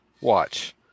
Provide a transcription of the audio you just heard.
watch